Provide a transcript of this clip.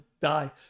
die